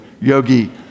Yogi